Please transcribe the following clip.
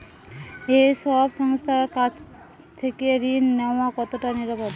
এই সব সংস্থার কাছ থেকে ঋণ নেওয়া কতটা নিরাপদ?